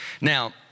Now